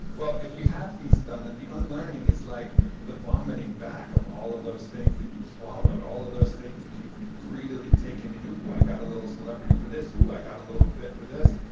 well, if you have feasted on it, the unlearning is like the vomiting back of all of those things that you've swallowed, all of those things that you've greedily taken in. ooh, i got a little celebrity for this, ooh, i got a little bit for this,